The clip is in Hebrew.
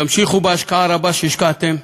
תמשיכו בהשקעה הרבה שהשקעתם,